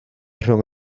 rhwng